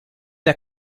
der